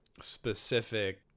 specific